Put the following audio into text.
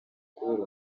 kubera